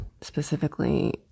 specifically